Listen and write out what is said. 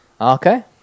Okay